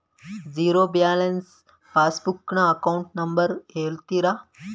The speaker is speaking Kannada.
ಝೀರೋ ಬ್ಯಾಲೆನ್ಸ್ ಪಾಸ್ ಬುಕ್ ನ ಅಕೌಂಟ್ ನಂಬರ್ ಹೇಳುತ್ತೀರಾ?